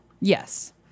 Yes